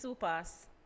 pass